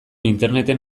interneten